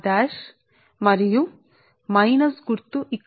మరియు M12 ఇది ఇక్కడ ఉందిL11 మైనస్M12 ఇప్పటికే మైనస్ గుర్తు ఇక్కడ ఉంది